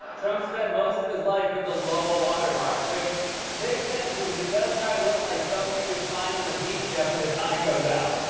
trump spent most of his life at the low water mark, which makes sense because he does kind of look like something you would find on the beach after the tide goes out.